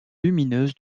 lumineuses